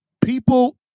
People